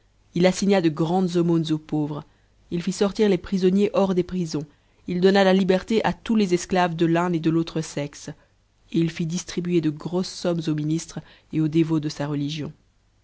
il assigna de grandes nes aux pauvres il fit sortir les prisonniers hors des prisons il donna berté à tous les esclaves de l'un et de l'autre sexe et il fit distribuer de grosses sommes aux ministres et aux dévots de sa religion